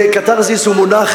קתרזיס הוא מונח